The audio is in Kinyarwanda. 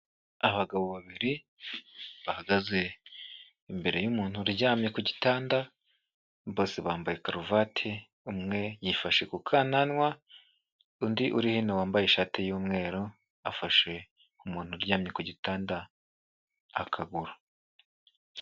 Abagabo babiri bahagaze imbere y'umuntu uryamye kugitanda bose bambaye karuvati, umwe yifashe ku kananwa, undi uri hino wambaye ishati y'umweru afashe umuntu uryamye ku gitanda akaguru.